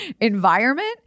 environment